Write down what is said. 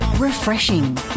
Refreshing